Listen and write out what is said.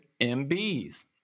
MBs